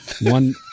One